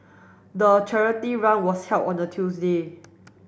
the charity run was held on a Tuesday